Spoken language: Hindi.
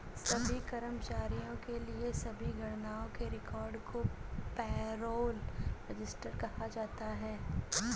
सभी कर्मचारियों के लिए सभी गणनाओं के रिकॉर्ड को पेरोल रजिस्टर कहा जाता है